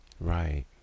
Right